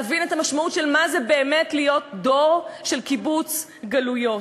להבין את המשמעות של מה זה באמת להיות דור של קיבוץ גלויות.